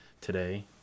today